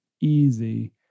easy